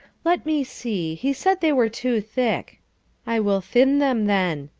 let me see, he said they were too thick i will thin them then.